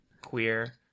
queer